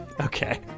Okay